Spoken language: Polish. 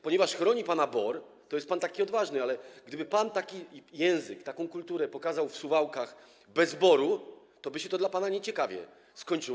Ponieważ chroni pana BOR, to jest pan taki odważny, ale gdyby pan taki język, taką kulturę pokazał w Suwałkach bez BOR-u, toby się to dla pana nieciekawie skończyło.